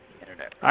internet